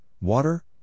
water